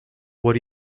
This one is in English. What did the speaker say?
what